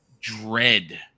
dread